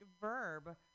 verb